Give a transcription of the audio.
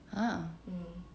ha ah